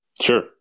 Sure